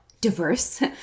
diverse